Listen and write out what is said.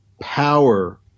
power